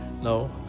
no